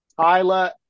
Tyler